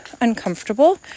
uncomfortable